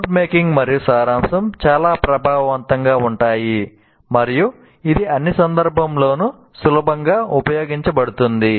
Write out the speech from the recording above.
note making మరియు సారాంశం చాలా ప్రభావవంతంగా ఉంటాయి మరియు ఇది అన్ని సందర్భాల్లోనూ సులభంగా ఉపయోగించబడుతుంది